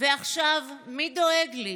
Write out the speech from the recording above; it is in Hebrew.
ועכשיו מי דואג לי?